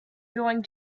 going